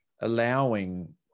allowing